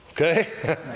Okay